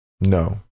No